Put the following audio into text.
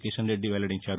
కిషన్ రెడ్డి వెల్లడించారు